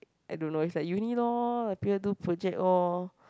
I don't know is like uni loh do project orh